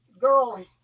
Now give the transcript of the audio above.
girl